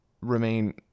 remain